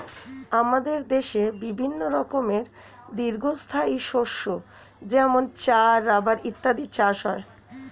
আমাদের দেশে বিভিন্ন রকমের দীর্ঘস্থায়ী শস্য যেমন চা, রাবার ইত্যাদির চাষ হয়